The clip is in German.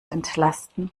entlasten